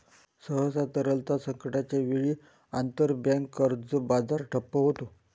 सहसा, तरलता संकटाच्या वेळी, आंतरबँक कर्ज बाजार ठप्प होतो